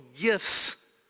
gifts